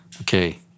Okay